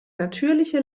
natürliche